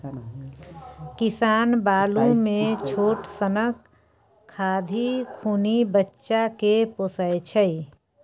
किसान बालु मे छोट सनक खाधि खुनि बच्चा केँ पोसय छै